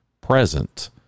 present